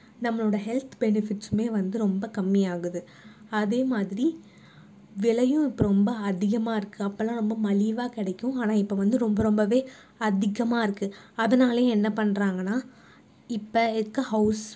நம்மளோடய ஹெல்த் பெனிஃபிட்ஸுமே வந்து ரொம்ப கம்மி ஆகுது அதே மாதிரி விலையும் இப்போ ரொம்ப அதிகமாக இருக்குது அப்போலாம் ரொம்ப மலிவாக கிடைக்கும் ஆனால் இப்போ வந்து ரொம்ப ரொம்பவே அதிகமாக இருக்குது அதனாலயே என்ன பண்றாங்கன்னால் இப்போ இருக்க ஹவுஸ்